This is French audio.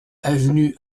avenue